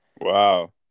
Wow